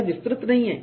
यह विस्तृत नहीं है